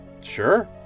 Sure